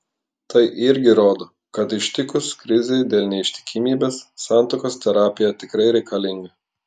tai irgi rodo kad ištikus krizei dėl neištikimybės santuokos terapija tikrai reikalinga